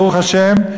ברוך השם,